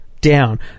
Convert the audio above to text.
down